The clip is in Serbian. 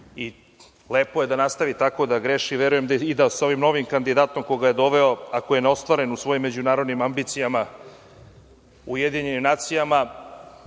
Lepo je da nastavi tako da greši. Verujem i da se ovim novim kandidatom koga je doveo, ako je neostvaren u svojim međunarodnim ambicijama u UN, verujem